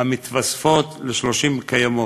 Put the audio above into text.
המתווספות ל-30 הקיימות.